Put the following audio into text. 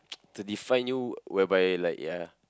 to define you whereby by like ya lah